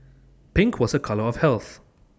pink was A colour of health